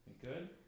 good